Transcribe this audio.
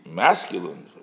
masculine